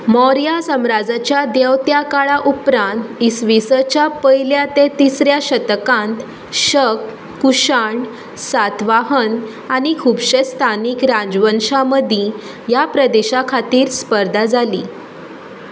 मौर्या सम्राज्याच्या देंवत्या काळा उपरांत इ स च्या पयल्या ते तिसऱ्या शतकांत शक कुशाण सातवाहन आनी खुबशें स्थानीक राजवंशां मदीं ह्या प्रदेशां खातीर स्पर्धा जाली